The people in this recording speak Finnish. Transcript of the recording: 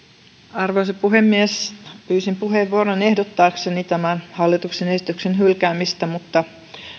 arvoisa puhemies pyysin puheenvuoron ehdottaakseni tämän hallituksen esityksen hylkäämistä mutta